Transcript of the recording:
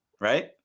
right